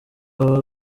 aba